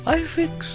iFix